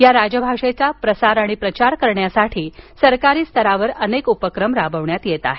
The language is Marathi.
या राजभाषेचा प्रचार आणि प्रसार करण्यासाठी सरकारी स्तरावर अनेक उपक्रम राबवण्यात येत आहेत